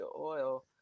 oil